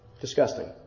disgusting